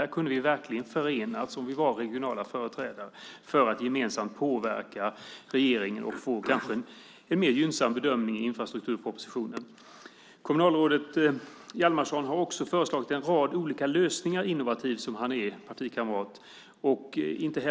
Här kunde vi verkligen förenats som regionala företrädare för att gemensamt påverka regeringen och kanske få en mer gynnsam bedömning i infrastrukturpropositionen. Kommunalrådet Hjalmarsson har också föreslagit en rad olika lösningar, innovativ partikamrat som han är.